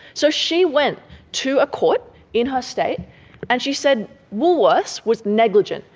so she went to a court in her state and she said woolworths was negligent,